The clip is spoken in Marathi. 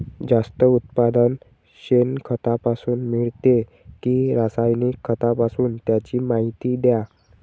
जास्त उत्पादन शेणखतापासून मिळते कि रासायनिक खतापासून? त्याची माहिती द्या